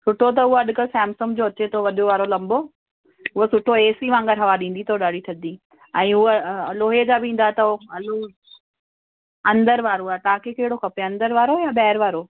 सुठो त उहा अॼुकल्ह सैमसम जो अचे थो वॾो वारो लंबो उहो सुठो एसी वांगुरु हवा ॾींदी अथव ॾाढी थधी ऐं उहा लोहे जा बि ईंदा अथव अंदर वारो आहे तव्हांखे कहिड़ो खपे अंदरि वारो या ॿाहिरि वारो